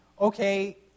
okay